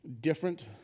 different